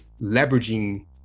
leveraging